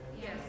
Yes